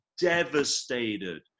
devastated